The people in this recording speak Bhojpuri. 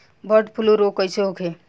बर्ड फ्लू रोग कईसे होखे?